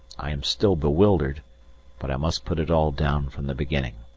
i am still bewildered but i must put it all down from the beginning.